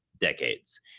decades